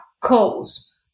cause